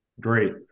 Great